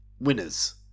winners